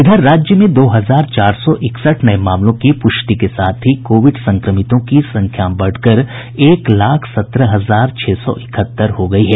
इधर राज्य में दो हजार चार सौ इकसठ नये मामलों की प्रष्टि के साथ ही कोविड संक्रमितों की संख्या बढ़कर एक लाख सत्रह हजार छह सौ इकहत्तर हो गयी है